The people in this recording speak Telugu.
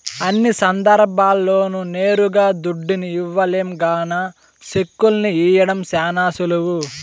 అన్ని సందర్భాల్ల్లోనూ నేరుగా దుడ్డుని ఇవ్వలేం గాన సెక్కుల్ని ఇవ్వడం శానా సులువు